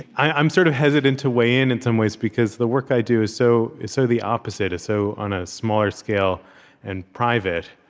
i'm sort of hesitant to weigh in, in some ways, because the work i do is so so the opposite, so on a smaller scale and private.